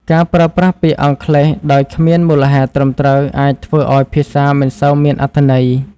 ការប្រើប្រាស់ពាក្យអង់គ្លេសដោយគ្មានមូលហេតុត្រឹមត្រូវអាចធ្វើឱ្យភាសាមិនសូវមានអត្ថន័យ។